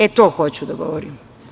E, to hoću da govorim.